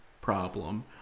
problem